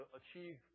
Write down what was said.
achieve